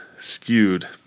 skewed